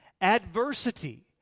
Adversity